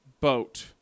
boat